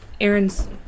Aaron's